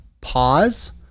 pause